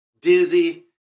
dizzy